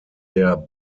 der